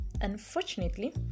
unfortunately